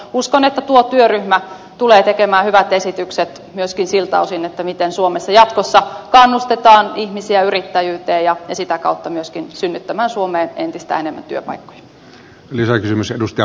uskon että tuo työryhmä tulee tekemään hyvät esitykset myöskin siltä osin miten suomessa jatkossa kannustetaan ihmisiä yrittäjyyteen ja sitä kautta myöskin synnyttämään suomeen entistä enemmän työpaikkoja